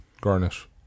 garnish